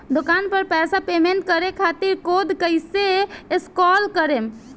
दूकान पर पैसा पेमेंट करे खातिर कोड कैसे स्कैन करेम?